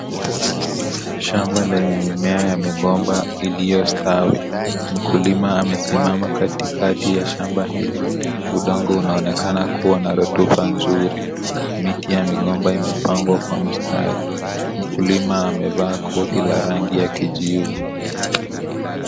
Shamba lenye mimea ya migomba iliyostawi. Mkulima amesimama katikati ya shamba hilo. Udongo unaonekana kuwa na rutuba nzuri. Miti ya migomba imepangwa kwa mstari. Mkulima amevaa koti la rangi ya kijivu.